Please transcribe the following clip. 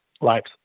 lives